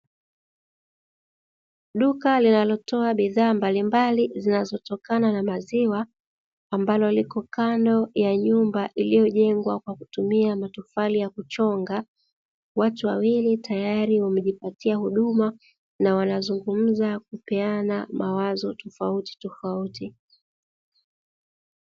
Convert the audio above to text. Duka linalotoa bidhaa mbalimbali zinalotokana na maziwa ambalo liko kando na nyumba iliyojengwa kwa matofali yakuchongwa watu wawili tayari wamejipatia huduma na wanazungumza kwa kupeana mawazo tofauti tofauti.